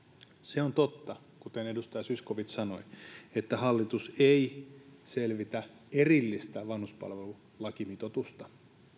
se on totta kuten edustaja zyskowicz sanoi että hallitus ei selvitä erillistä vanhuspalvelulakimitoitusta